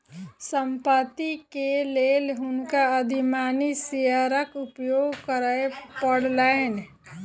संपत्ति के लेल हुनका अधिमानी शेयरक उपयोग करय पड़लैन